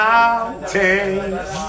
Mountains